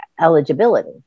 eligibility